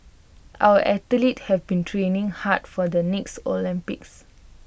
our athletes have been training hard for the next Olympics